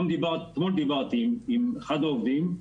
אתמול דיברתי עם אחד העובדים,